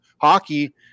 hockey